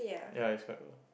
ya it's quite worth